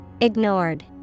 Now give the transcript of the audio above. Ignored